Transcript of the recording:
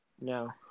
No